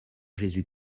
jésus